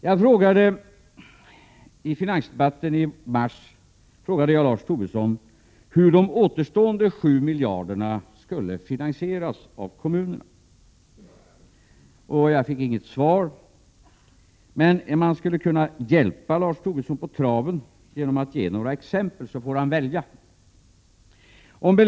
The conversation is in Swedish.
Jag frågade i finansdebatten i mars Lars Tobisson hur de återstående 7 miljarderna skulle finansieras av kommunerna. Jag fick inget svar, men jag skulle kunna hjälpa Lars Tobisson på traven genom att ge några exempel som han kan välja mellan.